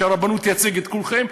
שהרבנות תייצג את כולכם.